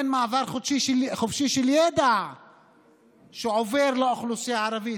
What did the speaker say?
אין מעבר חופשי של ידע שעובר לאוכלוסייה הערבית.